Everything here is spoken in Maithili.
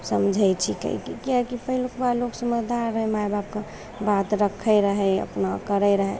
नहि समझय छीकै किआकि पहिलुका लोग समझदार रहय माइ बाप कऽ बात रक्खै रहय अपना करय रहय